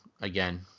again